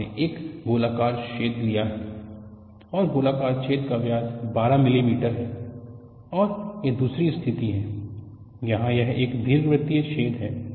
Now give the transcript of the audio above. आपने एक गोलाकार छेद लिया है और गोलाकार छेद का व्यास 12 मिलीमीटर है और यह दूसरी स्थिति है जहां यह एक दीर्घवृत्तीय छेद है